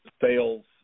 sales